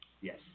Yes